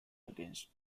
against